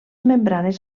membranes